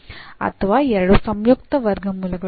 ಅಥವಾ ಎರಡು ಸಂಯುಕ್ತ ವರ್ಗಮೂಲಗಳು